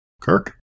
Kirk